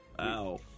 Ow